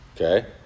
okay